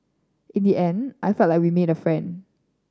in the end I felt like we made a friend